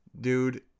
dude